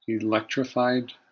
Electrified